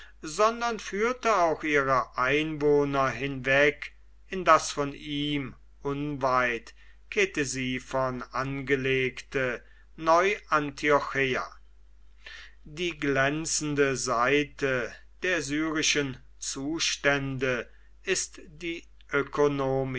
sondern führte auch ihre einwohner hinweg in das von ihm unweit ktesiphon angelegte neu antiocheia die glänzende seite der syrischen zustände ist die